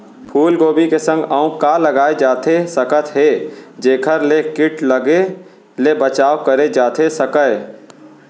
फूलगोभी के संग अऊ का लगाए जाथे सकत हे जेखर ले किट लगे ले बचाव करे जाथे सकय?